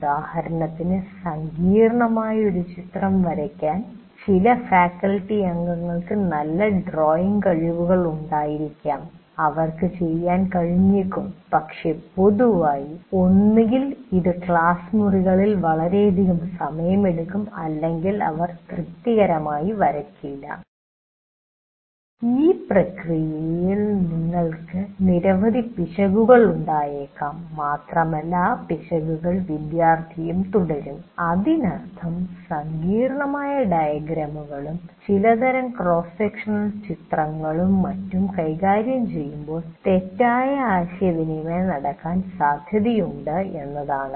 ഉദാഹരണത്തിന് സങ്കീർണ്ണമായ ഒരു ചിത്രം വരയ്ക്കാൻ ചില ഫാക്കൽറ്റി അംഗങ്ങൾക്ക് നല്ല ഡ്രോയിംഗ് കഴിവുകൾ ഉണ്ടായിരിക്കാം അവർക്ക് ചെയ്യാൻ കഴിഞ്ഞേക്കും പക്ഷേ പൊതുവായി ഒന്നുകിൽ ഇത് ക്ലാസ് മുറിയിൽ വളരെയധികം സമയമെടുക്കും അല്ലെങ്കിൽ അവർ തൃപ്തികരമായി വരയ്ക്കില്ല ഈ പ്രക്രിയയിൽ നിങ്ങൾക്ക് നിരവധി പിശകുകൾ ഉണ്ടായേക്കാം മാത്രമല്ല ആ പിശകുകൾ വിദ്യാർത്ഥിയും തുടരും അതിനർത്ഥം സങ്കീർണ്ണമായ ഡയഗ്രാമുകളും ചിലതരം ക്രോസ് സെക്ഷണൽ ചിത്രങ്ങളും മറ്റും കൈകാര്യം ചെയ്യുമ്പോൾ തെറ്റായ ആശയവിനിമയം നടക്കാനുള്ള സാധ്യതയുണ്ട് എന്നാണ്